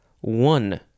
One